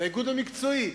לאיגוד המקצועי.